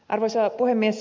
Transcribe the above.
arvoisa puhemies